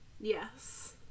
Yes